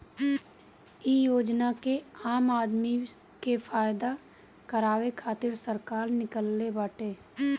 इ योजना के आम आदमी के फायदा करावे खातिर सरकार निकलले बाटे